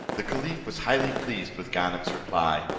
the caliph was highly pleased with ganem's reply,